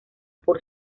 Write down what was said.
por